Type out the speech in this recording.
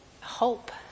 hope